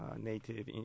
native